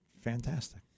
fantastic